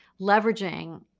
leveraging